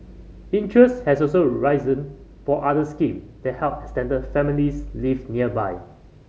interest has also risen for other scheme that help extended families live nearby